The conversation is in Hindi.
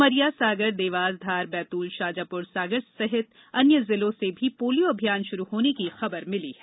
उमरिया सागर देवासधार बैतूल शाजापुर सागर सहित अन्य जिलों से भी पोलियो अभियान शुरू होने की खबर मिली है